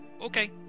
Okay